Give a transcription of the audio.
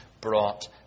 brought